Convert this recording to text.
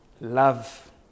Love